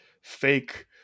fake